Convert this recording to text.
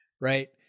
Right